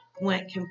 went